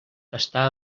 està